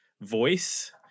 voice